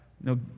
No